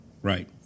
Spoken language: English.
right